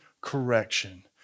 correction